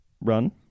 run